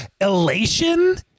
elation